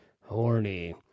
horny